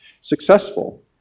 successful